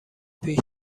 پیش